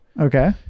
Okay